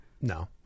No